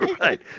right